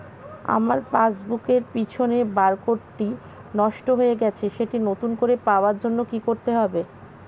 আমার পাসবুক এর পিছনে বারকোডটি নষ্ট হয়ে গেছে সেটি নতুন করে পাওয়ার জন্য কি করতে হবে?